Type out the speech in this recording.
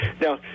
Now